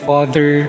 Father